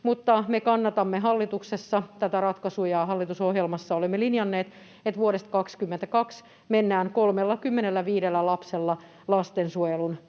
mutta me kannatamme hallituksessa tätä ratkaisua ja hallitusohjelmassa olemme linjanneet, että vuodesta 2022 mennään 35 lapsella lastensuojelun